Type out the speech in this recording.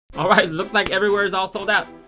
alright looks like everywhere is all sold out.